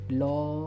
law